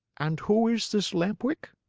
and who is this lamp-wick?